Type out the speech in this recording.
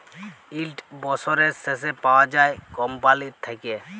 yield বসরের শেষে পাউয়া যায় কম্পালির থ্যাইকে